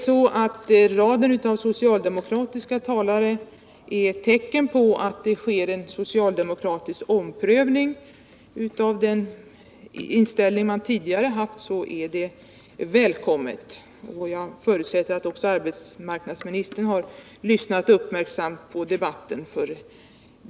Om raden av socialdemokratiska talare är ett tecken på att det sker en socialdemokratisk omprövning av den inställning man tidigare haft, så är det välkommet. Jag förutsätter att också arbetsmarknadsministern har lyssnat uppmärksamt till debatten.